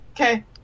Okay